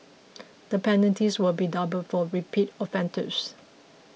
the penalties will be doubled for repeat offenders